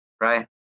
Right